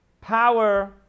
power